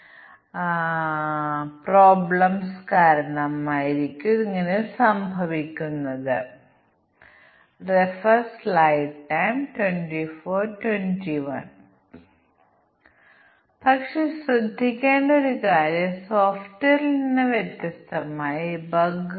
അതിനാൽ കാരണങ്ങളും ഫലങ്ങളും ഞങ്ങൾ സർക്കിളുകൾ നോഡുകൾ എന്നിവയുടെ രൂപത്തിൽ സൂചിപ്പിക്കുന്നു ഞങ്ങൾ എല്ലാ 5 കാരണങ്ങളും എഴുതിയിട്ടുണ്ട് തുടർന്ന് എന്തെങ്കിലും ഫലമുണ്ടാക്കുന്ന കാരണങ്ങളുടെ സംയോജനം ഉണ്ടാകുമ്പോൾ ഈ ഇന്റർമീഡിയറ്റ് നോഡുകൾ ഇവിടെ ദൃശ്യമാകും